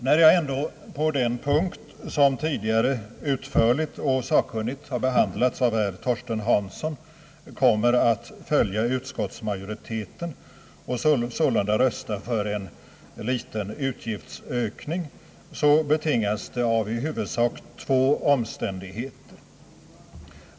När jag ändå på den punkt som tidigare utförligt och sakligt behandlats av herr Torsten Hansson kommer att följa utskottsmajoriteten och sålunda rösta för en liten utgiftsökning, betingas detta av i huvudsak två omständighe ter.